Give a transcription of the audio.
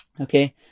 Okay